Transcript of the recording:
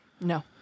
No